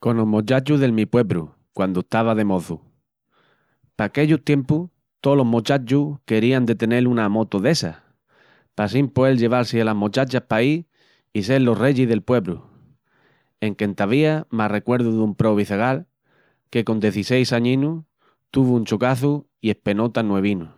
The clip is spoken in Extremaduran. Conos mochachus del mi puebru quandu estava de moçu, p'aquellus tiempus tolos mochachus querían de tenel una amoto dessas, p'assín poel lleval-si alas mochachas paí i sel los reyis del puebru, enque entavía m'arrecuerdu dun probi zagal que con dezisseis añinus tuvu un chocazu i espenó tan nuevinu.